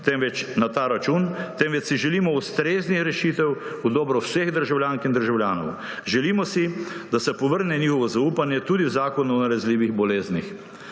točk na ta račun, temveč si želimo ustreznih rešitev v dobro vseh državljank in državljanov. Želimo si, da se povrne njihovo zaupanje tudi v Zakon o nalezljivih boleznih.